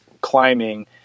climbing